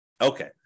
okay